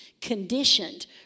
conditioned